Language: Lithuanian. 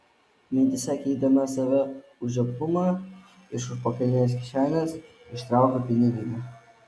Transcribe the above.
mintyse keikdama save už žioplumą iš užpakalinės kišenės ištraukiu piniginę